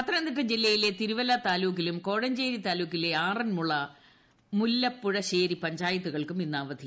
പത്തനംതിട്ട ജില്ലയിലെ തിരുപ്പില്ലു താലൂക്കിലും കോഴഞ്ചേരി താലൂക്കിലെ ആറന്മുള മുല്ലപുഴശ്ശേരി പഞ്ചായത്തുകൾക്കും ഇന്ന് അവധി